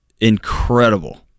incredible